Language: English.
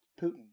Putin